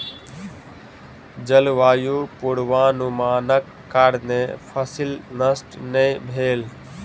जलवायु पूर्वानुमानक कारणेँ फसिल नष्ट नै भेल